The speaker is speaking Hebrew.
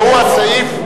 שהוא הסעיף,